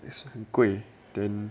is 很贵